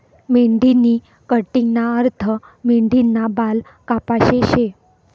मेंढीनी कटिंगना अर्थ मेंढीना बाल कापाशे शे